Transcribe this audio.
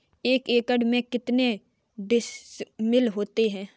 एक एकड़ में कितने डिसमिल होता है?